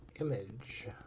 image